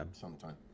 sometime